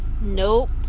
Nope